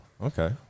okay